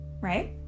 Right